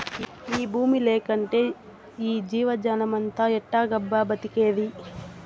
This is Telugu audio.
ఈ బూమి లేకంటే ఈ జీవజాలమంతా ఎట్టాగబ్బా బతికేది